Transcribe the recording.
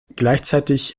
gleichzeitig